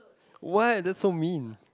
what that's so mean